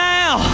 now